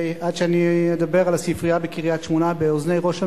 עד שאני אדבר על הספרייה בקריית-שמונה באוזני ראש הממשלה,